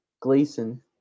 Gleason